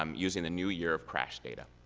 um using the new year of crash data.